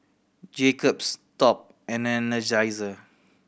Jacob's Top and Energizer